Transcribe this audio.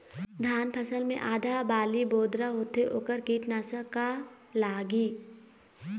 धान फसल मे आधा बाली बोदरा होथे वोकर कीटनाशक का लागिही?